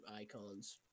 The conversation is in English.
icons